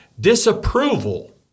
disapproval